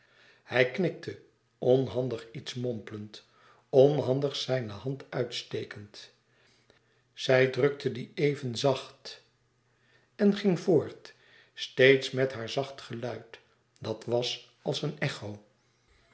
hij knikte onhandig iets mompelend onhandig zijne hand uitstekend zij drukte die even zacht en ging voort steeds met haar zacht geluid dat was als een echo